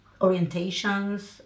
orientations